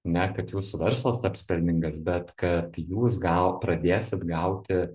ne kad jūsų verslas taps pelningas bet kad jūs gal pradėsit gauti